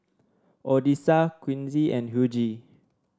Odessa Quincy and Hughie